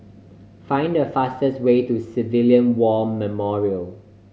find the fastest way to Civilian War Memorial